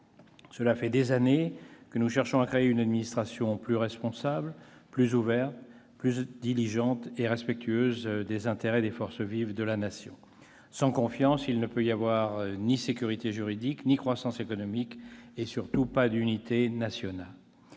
Cela fait des années que nous cherchons à créer une administration plus responsable, plus ouverte, plus diligente et respectueuse des intérêts des forces vives de la Nation. Sans confiance, il ne peut y avoir ni sécurité juridique, ni croissance économique, ni surtout d'unité nationale.